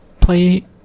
play